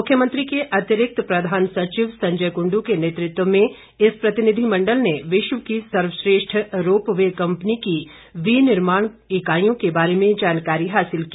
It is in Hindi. मुख्यमंत्री के अतिरिक्त प्रधान सचिव संजय कुंडू के नेतृत्व में इस प्रतिनिधिमंडल ने विश्व की सर्वश्रेष्ठ रोप वे कंपनी की वी निर्माण इकाईयों के बारे में जानकारी हासिल की